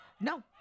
No